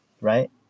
right